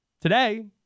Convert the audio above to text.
Today